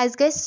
اَسہِ گژھِ